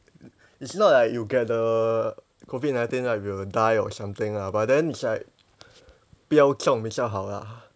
it's not like you get the COVID nineteen right will die or something ah but then it's like 不要中比较好啦